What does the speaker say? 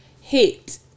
hit